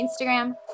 Instagram